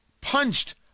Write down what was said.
Punched